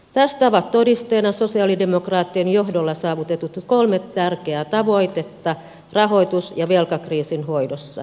tästä ovat todisteena sosialidemokraattien johdolla saavutetut kolme tärkeää tavoitetta rahoitus ja velkakriisin hoidossa